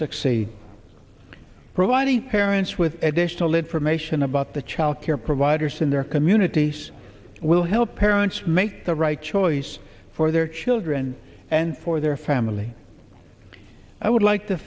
succeed providing parents with additional information about the child care providers in their communities will help parents make the right choice for their children and for their family i would like to